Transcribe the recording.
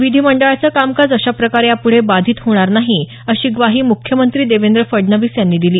विधीमंडळाचं कामकाज अशा प्रकारे यापुढे बाधित होणार नाही अशी ग्वाही मुख्यमंत्री देवेंद्र फडणवीस यांनी दिली